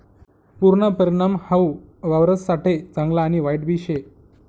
पुरना परिणाम हाऊ वावरससाठे चांगला आणि वाईटबी शे